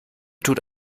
tut